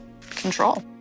control